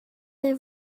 their